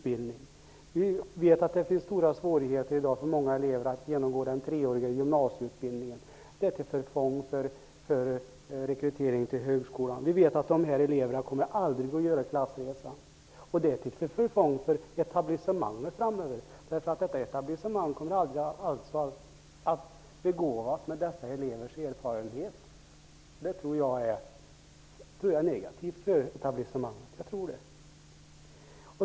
Vi vet att det finns stora svårigheter i dag för många elever att genomgå den treåriga gymnasieutbildningen. Det är till förfång för rekryteringen till högskolan. Vi vet att dessa elever aldrig kommer att göra klassresan. Det är till förfång för etablissemanget framöver. Etablissemanget kommer aldrig att begåvas med dessa elevers erfarenheter. Det tror jag är negativt för etablissemanget.